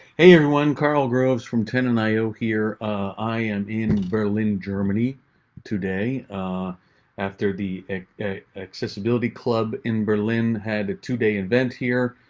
hey everyone, karl groves from tenon io, here i am in berlin, germany today after the accessibility club in berlin had a two day event here.